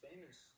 famous